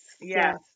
yes